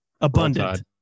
abundant